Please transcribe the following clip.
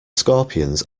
scorpions